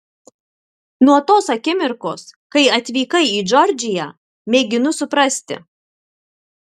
nuo tos akimirkos kai atvykai į džordžiją mėginu suprasti